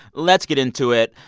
let's get into it.